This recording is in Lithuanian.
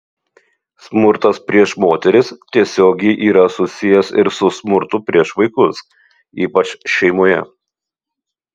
smurtas prieš moteris tiesiogiai yra susijęs ir su smurtu prieš vaikus ypač šeimoje